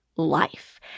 life